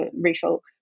racial